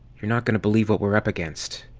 you're not going to believe what we're up against.